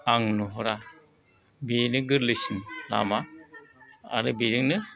आं नुहुरा बेनो गोरलैसिन लामा आरो बेजोंनो